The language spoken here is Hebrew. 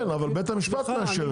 כן, אבל בית המשפט מאשר את זה.